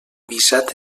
visat